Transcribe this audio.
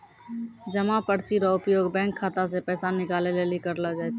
जमा पर्ची रो उपयोग बैंक खाता से पैसा निकाले लेली करलो जाय छै